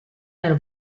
nel